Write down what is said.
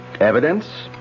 Evidence